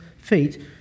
feet